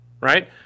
right